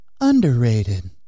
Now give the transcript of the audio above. underrated